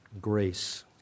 grace